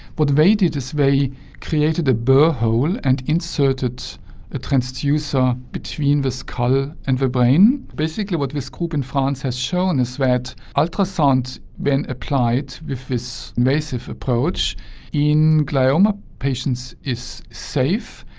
what they did is they created a bore hole and inserted a transducer between the skull and the brain. basically what this group in france has shown is that ultrasound when applied with this invasive approach in glioma patients is safe,